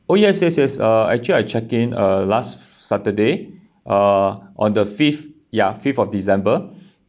oh yes yes yes uh actually I check in uh last saturday uh on the fifth ya fifth of december